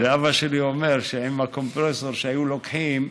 אבא שלי אומר שהקומפרסור שהיו לוקחים,